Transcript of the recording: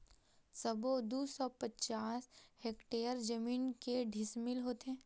सबो दू सौ पचास हेक्टेयर जमीन के डिसमिल होथे?